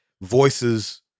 voices